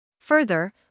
Further